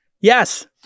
Yes